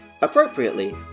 Appropriately